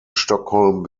stockholm